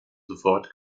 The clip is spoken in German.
sofort